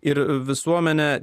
ir visuomene